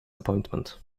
appointment